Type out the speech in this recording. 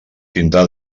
tindrà